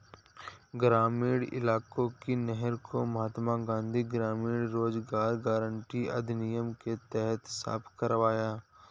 ग्रामीण इलाके की नहर को महात्मा गांधी ग्रामीण रोजगार गारंटी अधिनियम के तहत साफ करवाया